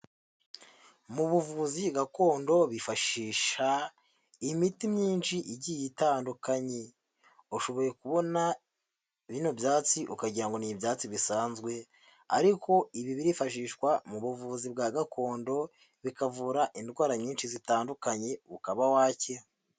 Mu buvuzi gakondo bifashisha imiti myinshi igiye itandukanye, ushoboye kubona bino byatsi ukagira ngo ni ibyatsi bisanzwe ariko ibi birifashishwa mu buvuzi bwa gakondo bikavura indwara nyinshi zitandukanye ukaba wakira.